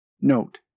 Note